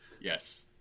Yes